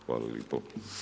Hvala lijepo.